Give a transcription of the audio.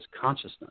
consciousness